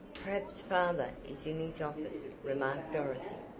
perhaps father is in his office, remarked dorothy.